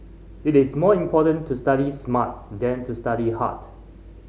it is more important to study smart than to study hard